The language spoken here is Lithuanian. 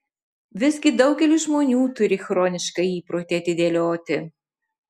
visgi daugelis žmonių turį chronišką įprotį atidėlioti